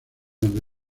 donde